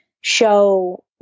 show